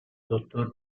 dottor